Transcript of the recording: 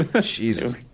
Jesus